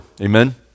Amen